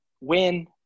win